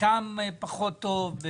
בטעם פחות טוב,